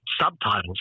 subtitles